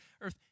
earth